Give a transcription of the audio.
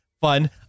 fun